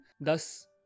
Thus